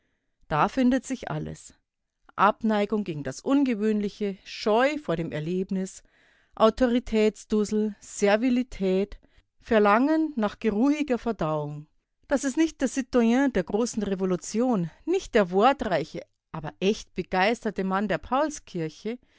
da findet sich alles abneigung gegen das ungewöhnliche scheu vor dem erlebnis autoritätsdusel servilität verlangen nach geruhiger verdauung das ist nicht der citoyen der großen revolution nicht der wortreiche aber echt begeisterte mann der